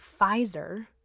Pfizer